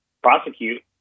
prosecute